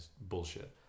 bullshit